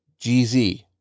GZ